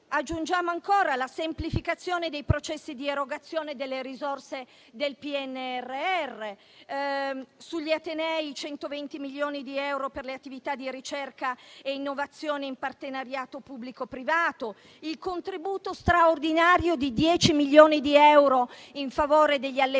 Aggiungiamo ancora la semplificazione dei processi di erogazione delle risorse del PNRR: sugli atenei, 120 milioni di euro per le attività di ricerca e innovazione in partenariato pubblico privato; il contributo straordinario di 10 milioni di euro in favore degli allevatori